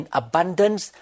abundance